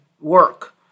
work